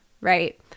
right